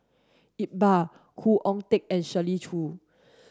Iqbal Khoo Oon Teik and Shirley Chew